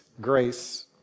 grace